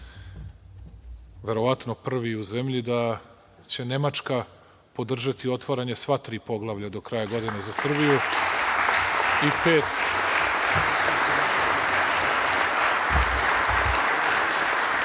verovatno prvi u zemlji, da će Nemačka podržati otvaranje sva tri poglavlja do kraja godine za Srbiju – i